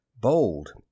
Bold